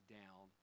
down